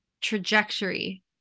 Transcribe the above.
trajectory